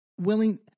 willing